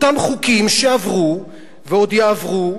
אותם חוקים שעברו ועוד יעברו,